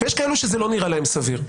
ויש כאלה שזה לא נראה להם סביר.